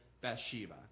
Bathsheba